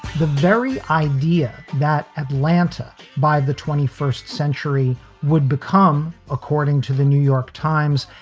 the very idea that atlanta by the twenty first century would become, according to the new york times,